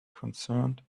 concerned